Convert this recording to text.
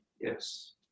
Yes